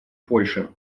польши